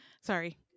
sorry